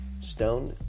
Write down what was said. stone